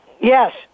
Yes